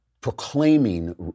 proclaiming